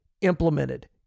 implemented